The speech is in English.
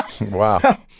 Wow